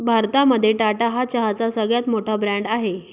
भारतामध्ये टाटा हा चहाचा सगळ्यात मोठा ब्रँड आहे